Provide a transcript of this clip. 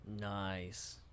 Nice